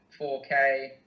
4K